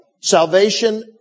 salvation